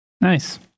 Nice